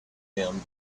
him